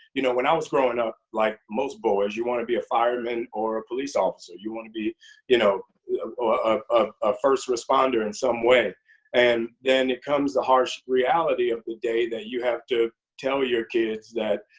you know, when i was growing up, like most boys, you want to be a fireman or a police officer. you want to be you know ah a first responder in some way. and then, it comes the harsh reality of the day that you have to tell your kids that,